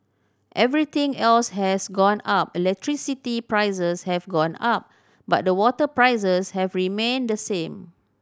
everything else has gone up electricity prices have gone up but the water prices have remained the same